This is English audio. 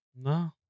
No